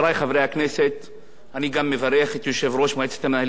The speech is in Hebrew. אני גם מברך את יושב-ראש מועצת המנהלים של ערוץ-10 ואת כל האורחים.